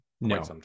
no